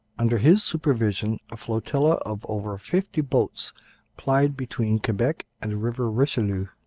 under his supervision a flotilla of over fifty boats plied between quebec and the river richelieu.